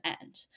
end